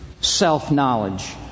self-knowledge